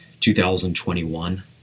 2021